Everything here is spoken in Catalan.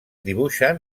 dibuixen